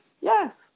yes